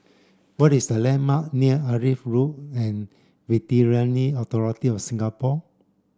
what is the landmark near Agri Road and Veterinary Authority of Singapore